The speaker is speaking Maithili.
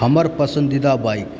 हमर पसन्दीदा बाइक